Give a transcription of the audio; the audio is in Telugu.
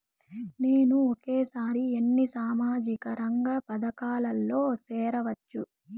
నేను ఒకేసారి ఎన్ని సామాజిక రంగ పథకాలలో సేరవచ్చు?